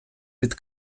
від